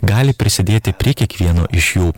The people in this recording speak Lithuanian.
gali prisidėti prie kiekvieno iš jų